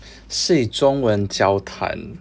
是中文交谈